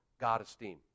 God-esteem